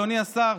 אדוני השר,